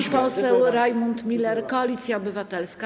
Pan poseł Rajmund Miller, Koalicja Obywatelska.